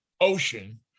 Ocean